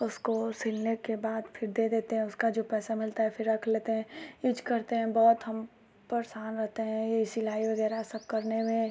उसको सिलने के बाद फिर दे देते हैं उसका जो पैसा मिलता है फिर रख लेते हैं इज करते हैं बहुत हम परेशान रहते हैं यही सिलाई वगैरह सब करने में